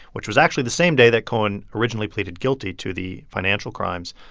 which was actually the same day that cohen originally pleaded guilty to the financial crimes,